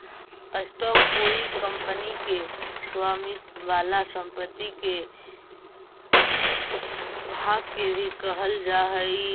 stock कोई कंपनी के स्वामित्व वाला संपत्ति के भाग के भी कहल जा हई